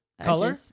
Color